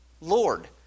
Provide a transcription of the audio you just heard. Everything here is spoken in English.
Lord